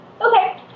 Okay